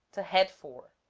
to head for